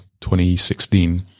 2016